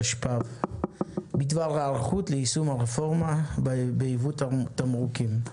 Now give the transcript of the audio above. התשפ"ב-2021 בדבר היערכות ליישום הרפורמה בייבוא תמרוקים.